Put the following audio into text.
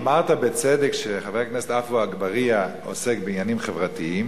אמרת בצדק שחבר הכנסת עפו אגבאריה עוסק בעניינים חברתיים,